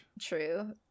true